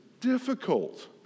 difficult